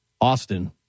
Austin